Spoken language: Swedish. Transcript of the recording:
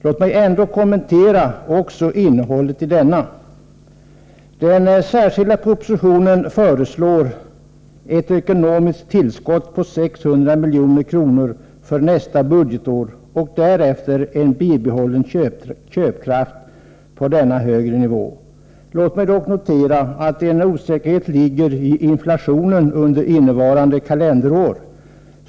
Låt mig ändå kommentera också innehållet i denna. Den särskilda propositionen föreslår ett ekonomiskt tillskott på 600 milj.kr. för nästa budgetår och därefter en bibehållen köpkraft på denna högre nivå. Låt mig dock notera att en osäkerhet ligger i inflationen under innevarande kalenderår.